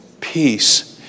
Peace